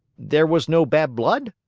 there was no bad blood?